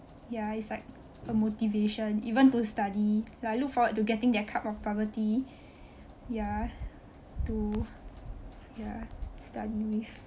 ya it's like a motivation even to study like I look forward to getting that cup of bubble tea ya to ya study